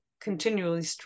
continually